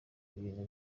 ibintu